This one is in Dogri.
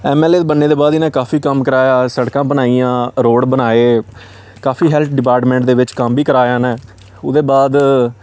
एम एल ए दे बनने दे बाद इ'नें काफी कम्म कराया सड़कां बनाइयां रोड़ बनाए काफी हैल्थ डिपार्टमैंट दे बिच्च कम्म बी कराया इ'नें ओह्दे बाद